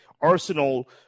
Arsenal